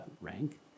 rank